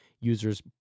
users